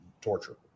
torture